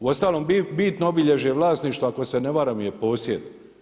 Uostalom, bitno obilježje vlasništva ako se ne varam je posjed.